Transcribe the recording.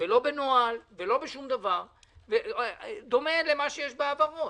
ולא בנוהל, דומה למה שיש בהעברות.